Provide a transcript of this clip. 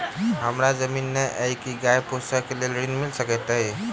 हमरा जमीन नै अई की गाय पोसअ केँ लेल ऋण मिल सकैत अई?